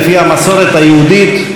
לפי המסורת היהודית,